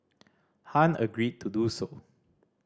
Han agreed to do so